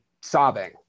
sobbing